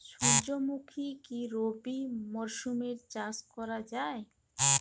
সুর্যমুখী কি রবি মরশুমে চাষ করা যায়?